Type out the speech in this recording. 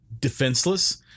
defenseless